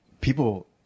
people